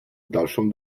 dalszą